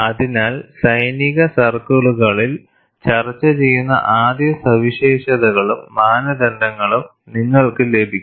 അതിനാൽ സൈനിക സർക്കിളുകളിൽ ചർച്ച ചെയ്യുന്ന ആദ്യ സവിശേഷതകളും മാനദണ്ഡങ്ങളും നിങ്ങൾക്ക് ലഭിക്കും